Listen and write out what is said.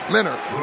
Leonard